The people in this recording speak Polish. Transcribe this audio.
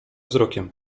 wzrokiem